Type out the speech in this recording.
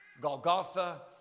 Golgotha